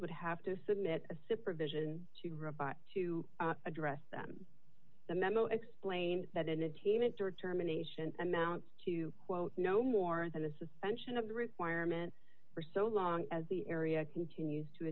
would have to submit a supervision to robot to address them the memo explained that in attainment or terminations amounts to quote no more than a suspension of the requirement for so long as the area continues to a